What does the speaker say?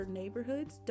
neighborhoods